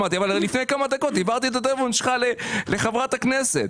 אמרתי: אבל לפני כמה דקות העברתי את הטלפון שלך לחברת כנסת.